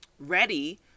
ready